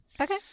Okay